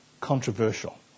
Controversial